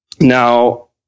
Now